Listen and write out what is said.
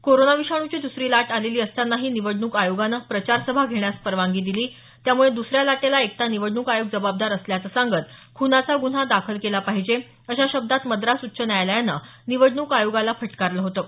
corona विषाणूची दसरी लाट आलेली असतानाही निवडणूक आयोगानं प्रचारसभा घेण्यास परवानगी दिली त्यामुळे दुसऱ्या लाटेला एकटा निवडणूक आयोग जबाबदार असल्याचं सांगत खूनाचा गुन्हा दाखल केला पाहिजे अशा शब्दात मद्रास उच्च न्यायालयानं निवडणूक आयोगाला फटकारलं होतं